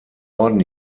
orden